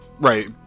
Right